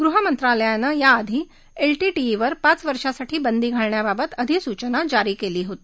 गृहमंत्रालयानं याआधी एल ईवर पाच वर्षासाठी बंदी घालण्याबाबत अधिसूचना जारी केली होती